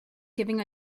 giving